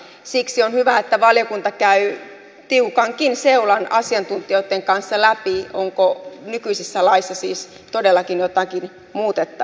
siksi on hyvä että valiokunta käy tiukan seulan asiantuntijoitten kanssa läpi onko nykyisessä laissa siis todellakin jotakin muutettavaa